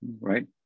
right